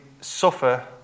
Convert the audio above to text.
suffer